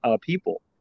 people